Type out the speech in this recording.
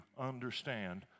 understand